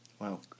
Wow